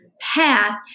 path